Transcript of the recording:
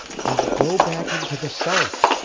then go back into the south.